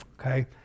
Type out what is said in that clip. Okay